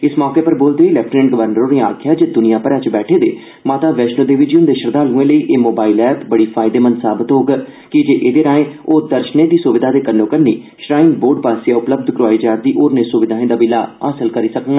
इस मौके पर बोलदे होई लेफ्टिर्नेट गवर्नर होरे गलाया जे द्निया भरै च बैठे दे माता वेष्णो देवी जी दे श्रद्धाल्एं लेई एह मोबाईल ऐप्प बड़ी फायदेमंद साबत होग कीजे एहदे राएं ओह दर्शनें दी सुविधा दे कन्नो कन्नी श्राईन बोर्ड आसेआ उपलब्ध करोआई जा'रदी होरनें सुविधाएं दा बी लाह् हासल करी सकडन